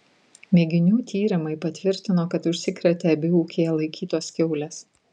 mėginių tyrimai patvirtino kad užsikrėtė abi ūkyje laikytos kiaulės